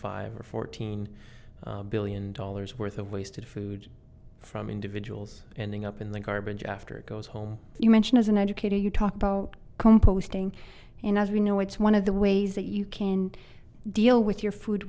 five or fourteen billion dollars worth of wasted food from individuals ending up in the garbage after it goes home you mention as an educator you talk about composting and as we know it's one of the ways that you can deal with your food